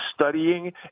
studying